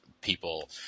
people